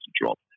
drop